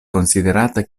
konsiderata